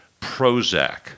Prozac